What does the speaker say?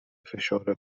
فشار